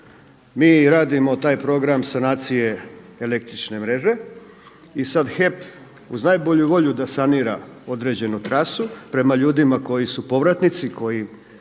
mi radimo taj program sanacije električne mreže i sad HEP uz najbolju volju da sanira određenu trasu prema ljudima koji su povratnici koji